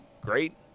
great